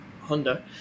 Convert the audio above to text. Honda